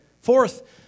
Fourth